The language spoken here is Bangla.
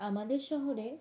আমাদের শহরে